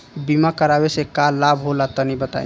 बीमा करावे से का लाभ होला तनि बताई?